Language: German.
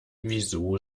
wieso